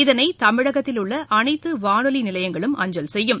இதனை தமிழகத்தில் உள்ள அனைத்து வானொலி நிலையங்களும் அஞ்சல் செய்யும்